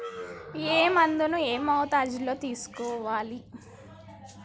ఏ మందును ఏ మోతాదులో తీసుకోవాలి?